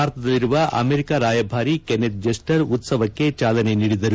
ಭಾರತದಲ್ಲಿರುವ ಅಮೆರಿಕ ರಾಯಭಾರಿ Kenneth Juster ಉತ್ಸವಕ್ಕ ಚಾಲನೆ ನೀಡಿದರು